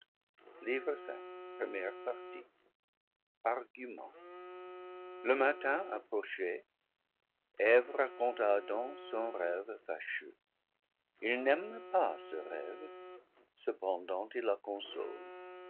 nuit livre cinquième argument le matin approchait eve raconte à adam son rêve fâcheux il n'aime pas ce rêve cependant il la console